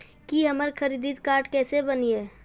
की हमर credit card केसे बनिये?